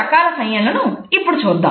కొన్ని రకాల సంజ్ఞలను ఇప్పుడు చూద్దాము